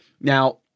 Now